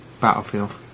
Battlefield